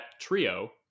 trio